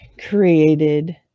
created